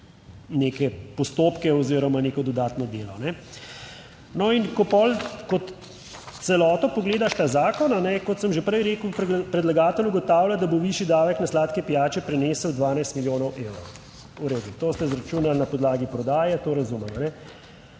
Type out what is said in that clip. neke postopke oziroma neko dodatno delo. No, in ko pol kot celoto pogledaš ta zakon, kot sem že prej rekel, predlagatelj ugotavlja, da bo višji davek na sladke pijače prinesel 12 milijonov evrov. V redu, to ste izračunali na podlagi prodaje, to razumem.